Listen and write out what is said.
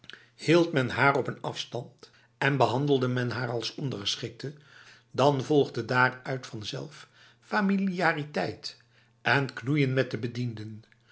men haar op een afstand en behandelde men haar als ondergeschikte dan volgde daaruit vanzelf familiariteit en knoeien met de bedienden